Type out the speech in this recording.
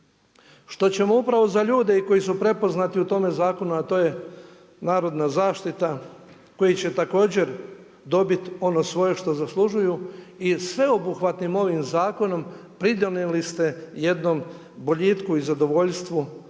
što ćemo upravo za ljude i koji su prepoznati u tome zakonu, a to je narodna zaštita koji će također dobiti ono svoje što zaslužuju i sveobuhvatnim ovim zakonom pridonijeli ste jednom boljitku i zadovoljstvu,